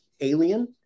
alien